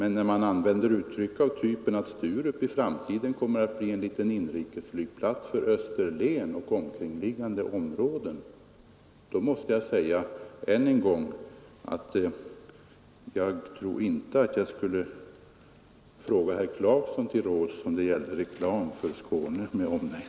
När han säger att Sturup i framtiden kommer att bli en liten inrikes flygplats för Österlen och omkringliggande områden, då måste jag än en gång säga att inte skulle jag fråga herr Clarkson till råds om det gällde att göra reklam för Skåne med omnejd.